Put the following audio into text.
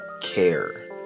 care